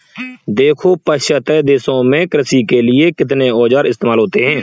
देखो पाश्चात्य देशों में कृषि के लिए कितने औजार इस्तेमाल होते हैं